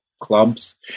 clubs